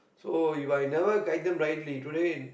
so If I never guide them rightly today